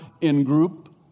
in-group